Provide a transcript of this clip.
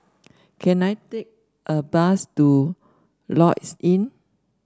can I take a bus to Lloyds Inn